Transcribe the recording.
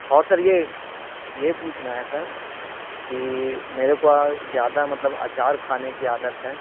اور سر یہ یہ پوچھنا ہے سر کہ میرے کو زیادہ مطلب اچار کھانے کی عادت ہے